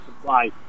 supply